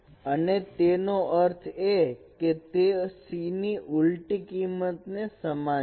અને તેનો અર્થ કે તે C ની ઉલટી કિંમત ને સમાન છે